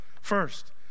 First